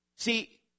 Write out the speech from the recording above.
See